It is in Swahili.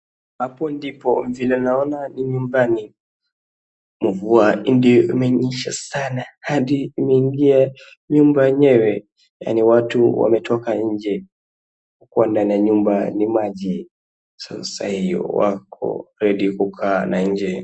Hapo ndipo vile naona ni nyumbani, mvua ndio imenyesha sana hadi imeingia nyumba yenyewe, yaani watu wametoka nje kwa kuwa ndani ya nyumba ni maji. Sasa hiyo wako ready kukaa nje.